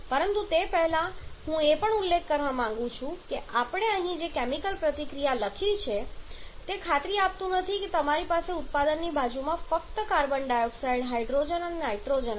પરંતુ તે પહેલા હું એ પણ ઉલ્લેખ કરવા માંગુ છું કે આપણે અહીં જે કેમિકલ પ્રતિક્રિયા લખી છે તે ખાતરી આપતું નથી કે તમારી પાસે ઉત્પાદનની બાજુમાં ફક્ત કાર્બન ડાયોક્સાઇડ હાઇડ્રોજન અને નાઇટ્રોજન હશે